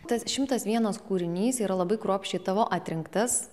tas šimtas vienas kūrinys yra labai kruopščiai tavo atrinktas